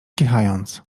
kichając